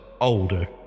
older